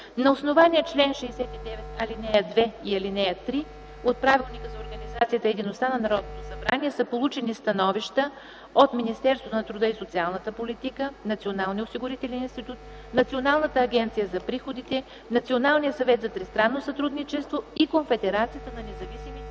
На основание чл. 69, ал. 2 и ал. 3 от Правилника за организацията и дейността на Народното събрание са получени становища от Министерството на труда и социалната политика, Националния осигурителен институт, Националната агенция за приходите, Националния съвет за тристранно сътрудничество и Конфедерацията на независимите